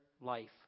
life